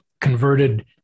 converted